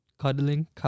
cuddling